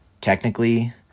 technically